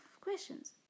questions